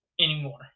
anymore